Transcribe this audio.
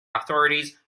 authorities